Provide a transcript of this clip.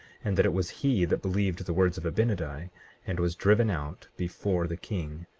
and that it was he that believed the words of abinadi and was driven out before the king,